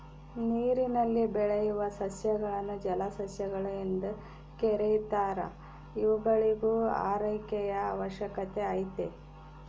ನೀರಿನಲ್ಲಿ ಬೆಳೆಯುವ ಸಸ್ಯಗಳನ್ನು ಜಲಸಸ್ಯಗಳು ಎಂದು ಕೆರೀತಾರ ಇವುಗಳಿಗೂ ಆರೈಕೆಯ ಅವಶ್ಯಕತೆ ಐತೆ